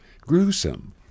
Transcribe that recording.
Gruesome